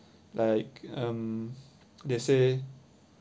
like um they say